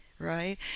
right